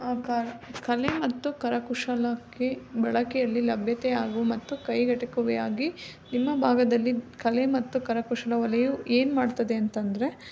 ಕರ ಕಲೆ ಮತ್ತು ಕರಕುಶಲಕ್ಕೆ ಬಳಕೆಯಲ್ಲಿ ಲಭ್ಯತೆಯಾಗಿ ಮತ್ತು ಕೈಗೆಟಕುವೆಯಾಗಿ ನಿಮ್ಮ ಭಾಗದಲ್ಲಿ ಕಲೆ ಮತ್ತು ಕರಕುಶಲ ವಲಯ ಏನು ಮಾಡ್ತದೆ ಅಂತಂದರೆ